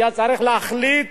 היה צריך להחליט